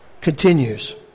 continues